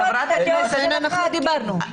את לא לוקחת בחשבון את הדעות של חברי הכנסת.